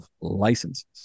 licenses